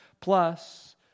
plus